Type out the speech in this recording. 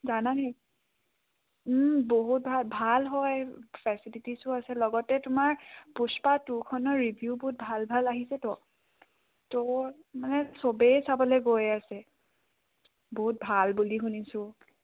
জানানে বহুত ভাল ভাল হয় ফেচিলিটিছো আছে লগতে তোমাৰ পুস্পা টুখনৰ ৰিভিউ বহুত ভাল ভাল আহিছেতো তো মানে চবেই চাবলৈ গৈ আছে বহুত ভাল বুলি শুনিছোঁ